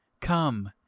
Come